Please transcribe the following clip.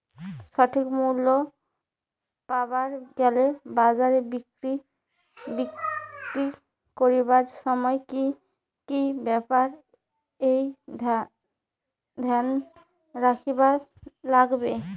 সঠিক মূল্য পাবার গেলে বাজারে বিক্রি করিবার সময় কি কি ব্যাপার এ ধ্যান রাখিবার লাগবে?